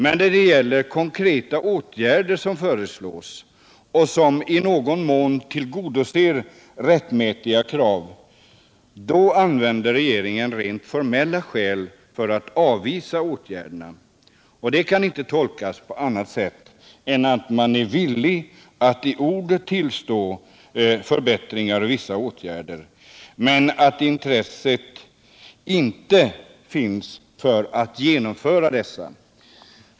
Men när det gäller konkreta åtgärder som föreslås och som i någon mån tillgodoser rättmätiga krav använder regeringen rent formella skäl för att avvisa åtgärderna. Det kan inte tolkas på annat sätt än att man är villig att i ord tillstå behovet av vissa förbättringsåtgärder men saknar intresse för att genomföra dessa.